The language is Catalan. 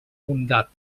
bondat